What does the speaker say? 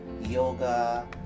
yoga